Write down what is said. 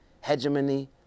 hegemony